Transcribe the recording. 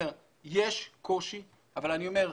יש קושי אבל אני אומר,